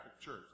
Church